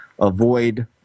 avoid